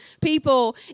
people